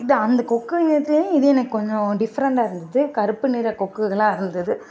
இதை அந்த கொக்குங்ககிட்ட இது எனக்கு கொஞ்சம் டிஃப்ரெண்டாக இருந்தது கருப்பு நிற கொக்குகளாக இருந்துது